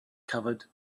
covered